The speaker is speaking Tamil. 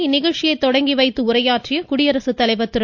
இந்நிகழ்ச்சியை தொடங்கி முன்னதாக வைத்து உரையாற்றிய குடியரசுத்தலைவர் திரு